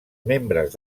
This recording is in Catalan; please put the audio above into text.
membres